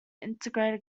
integrated